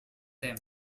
them